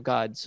God